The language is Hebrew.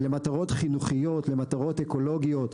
היא למטרות חינוכיות, למטרות אקולוגיות.